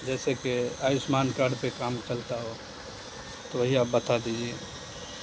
جیسے کہ آیوشمان کارڈ پہ کام چلتا ہو تو وہی آپ بتا دیجیے